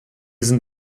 sind